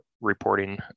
reporting